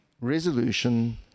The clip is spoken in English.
resolution